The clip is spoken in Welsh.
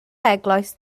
eglwys